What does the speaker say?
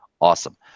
Awesome